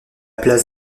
place